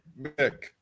Mick